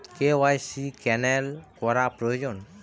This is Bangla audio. কে.ওয়াই.সি ক্যানেল করা প্রয়োজন?